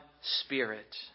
spirit